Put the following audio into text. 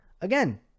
again